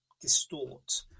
distort